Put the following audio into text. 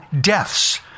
deaths